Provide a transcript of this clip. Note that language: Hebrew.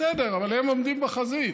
בסדר, אבל הם עומדים בחזית.